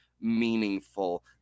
meaningful